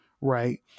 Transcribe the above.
right